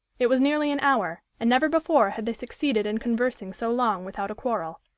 it was nearly an hour, and never before had they succeeded in conversing so long without a quarrel.